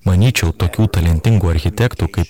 manyčiau tokių talentingų architektų kaip